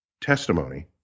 testimony